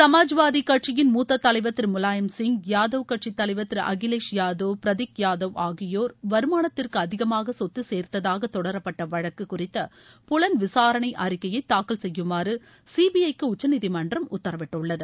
சுமாஜ்வாதி கட்சியின் மூத்தத் தலைவர் திரு முவாயம் சிங் யாதவ் கட்சித் தலைவர் திரு அகிலேஷ் யாதவ் பிரதீக் யாதவ் ஆகியோர் வருமானத்திற்கு அதிகமாக சொத்து சேர்ததாக தொடரப்பட்ட வழக்கு குறித்த புலன் விசாரணை அறிக்கையை தாக்கல் செய்யுமாறு சீபிஐக்கு உச்சநீதிமன்றம் உத்தரவிட்டுள்ளது